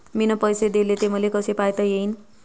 मिन पैसे देले, ते मले कसे पायता येईन?